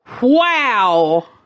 Wow